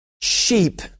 sheep